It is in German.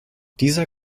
dieser